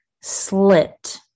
slit